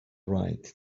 right